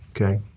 okay